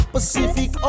Pacific